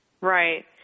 Right